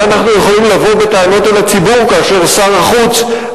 מה אנחנו יכולים לבוא בטענות אל הציבור כאשר שר החוץ,